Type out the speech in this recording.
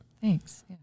Thanks